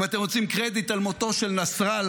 אם אתם רוצים קרדיט על מותו של נסראללה,